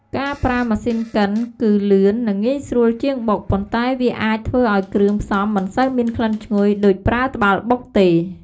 ការប្រើម៉ាស៊ីនកិនគឺ លឿន និងងាយស្រួលជាងបុក ប៉ុន្តែវាអាចធ្វើឱ្យគ្រឿងផ្សំមិនសូវមានក្លិនឈ្ងុយដូចប្រើត្បាល់បុកទេ។